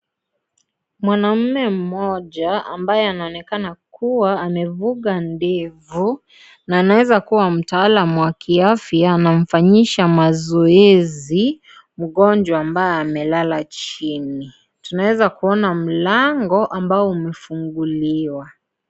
Mwanamme mmoja ambaye anaonekana kuwa amevuga ndevu na anaeza kuwa mtaalam wa kiafya anamfanyisha mazoezi mgonjwa ambaye amelala chini. Tunaweza kuona mlango ambao umefunguliwa.